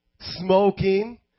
smoking